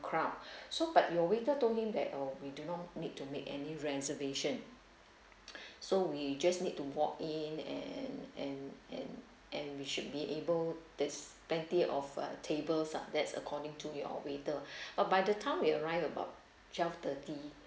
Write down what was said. crowd so but your waiter told him that oh we do not need to make any reservation so we just need to walk in and and and and we should be able there's plenty of uh tables ah that's according to your waiter uh by the time we arrived about twelve thirty